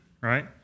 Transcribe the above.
Right